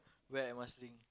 where Marsiling